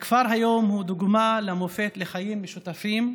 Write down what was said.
הכפר היום הוא דוגמה ומופת לחיים משותפים,